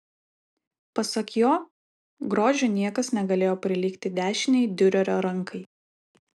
pasak jo grožiu niekas negalėjo prilygti dešinei diurerio rankai